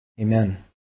Amen